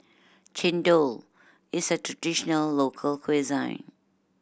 chendol is a traditional local cuisine